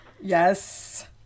Yes